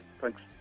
Thanks